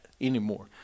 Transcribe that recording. anymore